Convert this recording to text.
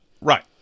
right